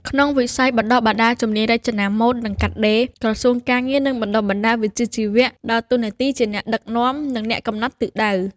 ក្នុងវិស័យបណ្ដុះបណ្ដាលជំនាញរចនាម៉ូដ និងកាត់ដេរ ក្រសួងការងារ និងបណ្ដុះបណ្ដាលវិជ្ជាជីវៈ ដើរតួនាទីជាអ្នកដឹកនាំ និងអ្នកកំណត់ទិសដៅ។